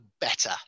better